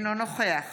אינו נוכח